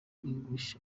english